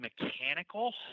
mechanical